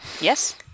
Yes